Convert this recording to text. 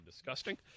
Disgusting